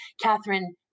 Catherine